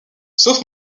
sauf